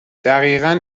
دقیقن